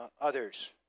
others